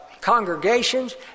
congregations